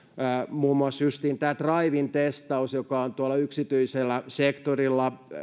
muun muassa tämä drive in testaus joka on tuolla yksityisellä sektorilla